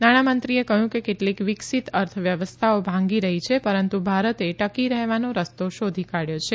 નાણામંત્રીએ કહ્યું કે કેટલીક વિકસિત અર્થવ્યવસ્થાઓ ભાંગી રહી છે પરંતુ ભારતે ટકી રહેવાનો રસ્તો શોધી કાઢ્યો છે